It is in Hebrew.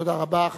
תודה רבה.